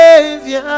Savior